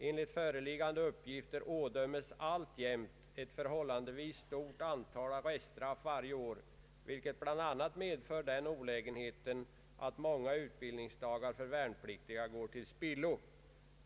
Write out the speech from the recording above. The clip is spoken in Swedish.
Enligt förelig gande uppgifter ådömes alltjämt ett förhållandevis stort antal arreststraff varje år, vilket bl.a. medför den olägenheten att många utbildningsdagar för värnpliktiga går till spillo.